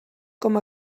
com